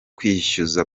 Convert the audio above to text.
kwishyuza